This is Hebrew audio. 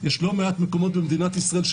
אני לא יודע אם אנשים כאן יודעים,